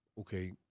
Okay